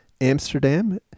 Amsterdam